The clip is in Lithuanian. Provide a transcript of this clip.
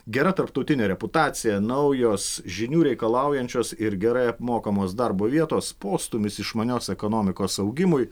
gera tarptautinė reputacija naujos žinių reikalaujančios ir gerai apmokamos darbo vietos postūmis išmanios ekonomikos augimui